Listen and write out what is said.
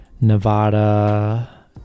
Nevada